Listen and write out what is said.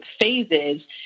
phases